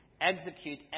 execute